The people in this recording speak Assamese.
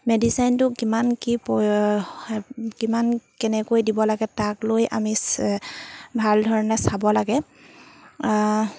মেডিচাইনটো কিমান কি কিমান কেনেকৈ দিব লাগে তাক লৈ আমি চে ভাল ধৰণে চাব লাগে